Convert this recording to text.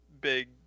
big